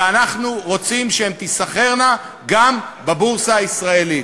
ואנחנו רוצים שהן תיסחרנה גם בבורסה הישראלית.